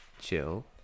Chill